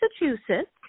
Massachusetts